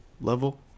level